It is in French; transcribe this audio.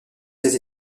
ses